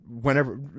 whenever